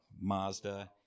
Mazda